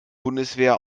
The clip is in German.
bundeswehr